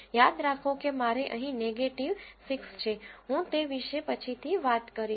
યાદ રાખો કે મારે અહીં નેગેટીવ 6 છે હું તે વિશે પછીથી વાત કરીશ